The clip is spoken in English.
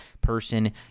person